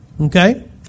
okay